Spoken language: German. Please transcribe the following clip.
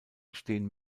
stehen